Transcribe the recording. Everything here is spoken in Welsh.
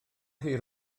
hir